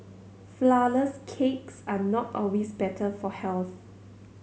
flourless cakes are not always better for health